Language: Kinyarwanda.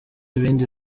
ibindi